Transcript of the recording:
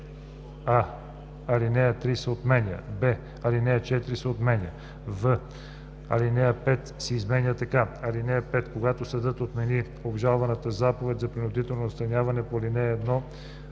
а) алинея 3 се отменя; б) алинея 4 се отменя; в) алинея 5 се изменя така: „(5) Когато съдът отмени обжалваната заповед за принудително настаняване по ал. 1,